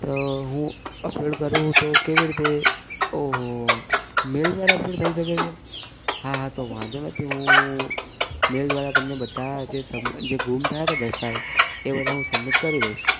તો હું અપલોડ કરું તો કેવી રીતે ઓહો મેલ દ્વારા અપલોડ થઈ શકે છે હા હા તો વાંધો નથી હું મેલ દ્વારા તમને બધા જે સબ જે ગુમ થયા તા દસ્તાવેજ એ બધા હું સબમિટ કરી દઈશ